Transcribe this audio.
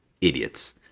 idiots